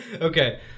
Okay